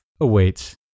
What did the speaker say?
awaits